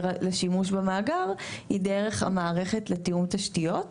לשימוש במאגר היא דרך המערכת לתיאום תשתיות,